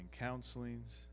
counselings